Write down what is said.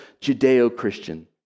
Judeo-Christian